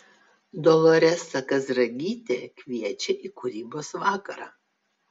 doloresa kazragytė kviečia į kūrybos vakarą